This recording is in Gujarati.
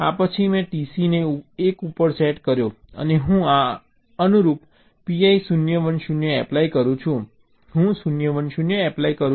આ પછી મેં TC ને 1 ઉપર સેટ કર્યો અને હું આ અનુરૂપ PI 0 1 0 એપ્લાય કરું છું હું 0 1 0 એપ્લાય કરું છું